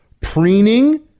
preening